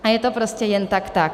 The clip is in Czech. A je to prostě jen tak tak.